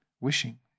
wishing